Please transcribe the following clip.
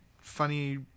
funny